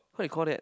what you call that